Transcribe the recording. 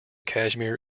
kashmir